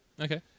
okay